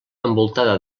envoltada